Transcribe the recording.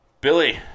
billy